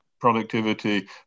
productivity